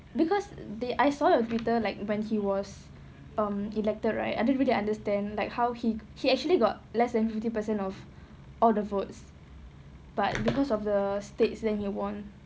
because they I saw your Twitter like when he was um elected right I don't really understand like how he he actually got less than fifty percent of all the votes but because of the states then he won